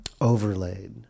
overlaid